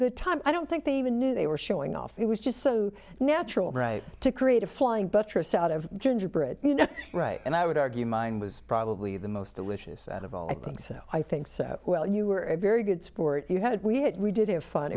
good time i don't think they even knew they were showing off it was just so natural right to create a flying buttress out of gingerbread you know right and i would argue mine was probably the most delicious out of all i think so i think so well you were a very good sport you had we had we did have fun